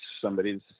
somebody's